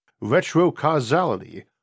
Retro-Causality